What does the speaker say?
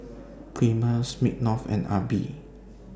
Premier Smirnoff and AIBI